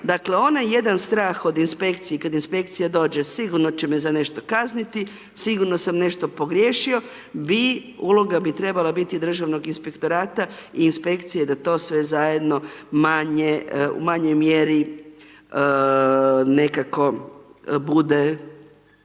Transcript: Dakle, onaj jedan strah od inspekcije, kad inspekcija dođe, sigurno će me za nešto kazniti, sigurno sam nešto pogriješio, bi, uloga bi trebala biti državnog inspektorata i inspekcije da to sve zajedno manje, u manjoj mjeri, nekako bude